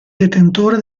detentore